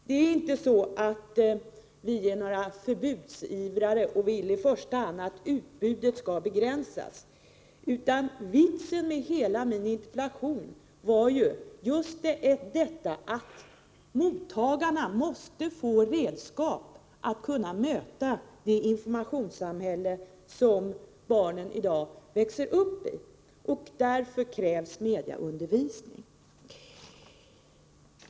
Vi är inte några förbudsivrare som i första hand vill att utbudet skall begränsas, utan vitsen med hela min interpellation var ju just detta att mottagarna måste få redskap för att kunna möta det informationssamhälle som barnen i dag växer upp i. Därför krävs mediaundervisning.